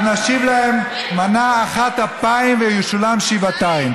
אנחנו נשיב להם מנה אחת אפיים וישולם שבעתיים.